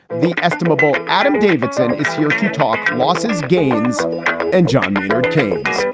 the estimable adam davidson is here to talk. lawsons gaines and john maynard keynes